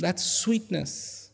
that's sweetness